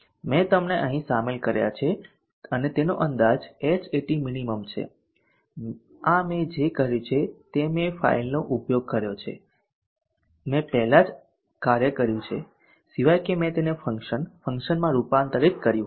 મેં તેમને અહીં શામેલ કર્યા છે અને તેનો અંદાજ Hat minimum છે આ મેં જે કર્યું છે તે મેં ફાઇલનો ઉપયોગ કર્યો છે જે મેં પહેલા જ કાર્ય કર્યું છે સિવાય કે મેં તેને ફંક્શન ફંક્શનમાં રૂપાંતરિત કર્યું હોય